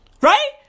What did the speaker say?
Right